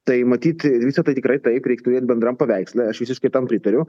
tai matyt visa tai tikrai taip reik turėt bendram paveiksle aš visiškai tam pritariu